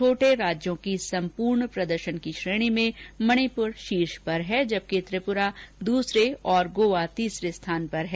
छोटे राज्यों की सम्पूर्ण प्रदर्शन की श्रेणी में मणिपुर शीर्ष पर हैं जबकि त्रिपुरा दूसरे और गोवा तीसरे स्थान पर है